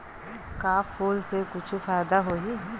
का फूल से कुछु फ़ायदा होही?